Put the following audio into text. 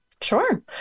Sure